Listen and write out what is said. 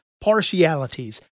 partialities